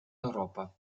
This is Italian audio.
europa